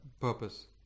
purpose